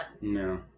no